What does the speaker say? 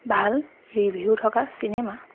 ভাল ৰিভিউ থকা চিনেমা